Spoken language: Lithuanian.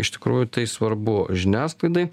iš tikrųjų tai svarbu žiniasklaidai